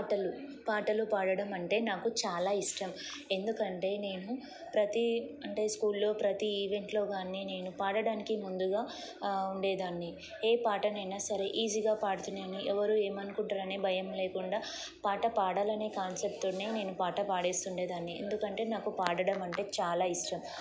పాటలు పాటలు పాడడం అంటే నాకు చాలా ఇష్టం ఎందుకంటే నేను ప్రతి అంటే స్కూల్లో ప్రతి ఈవెంట్లో కానీ నేను పాడడానికి ముందుగా ఉండేదాన్ని ఏ పాటనైనా సరే ఈజీగా పాడుతున్నాని ఎవరు ఏమనుకుంటారనే భయం లేకుండా పాట పాడాలనే కాన్సెప్ట్తో నే నేను పాట పాడేస్తుండేదాన్ని ఎందుకంటే నాకు పాడడం అంటే చాలా ఇష్టం